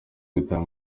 gutaha